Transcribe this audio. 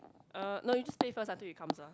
uh no you just play first until he comes ah